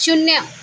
शून्य